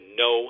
no